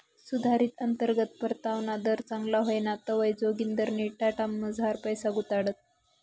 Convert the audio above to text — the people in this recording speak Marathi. सुधारित अंतर्गत परतावाना दर चांगला व्हयना तवंय जोगिंदरनी टाटामझार पैसा गुताडात